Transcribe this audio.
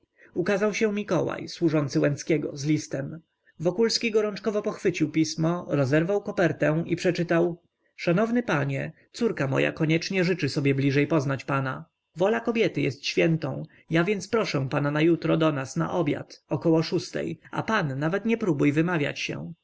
ukazał się mikołaj służący łęckiego z listem wokulski gorączkowo pochwycił pismo rozerwał kopertę i przeczytał szanowny panie córka moja koniecznie życzy sobie bliżej poznać pana wola kobiety jest świętą ja więc proszę pana na jutro do nas na obiad około szóstej a pan nawet nie próbuj wymawiać się